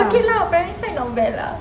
I cannot primary five not bad lah